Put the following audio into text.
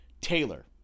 Taylor